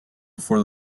before